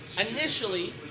Initially